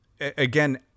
again